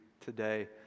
today